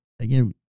again